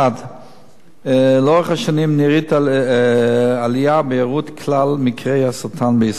לאורך השנים נראית עלייה בהיארעות כלל מקרי הסרטן בישראל.